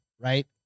right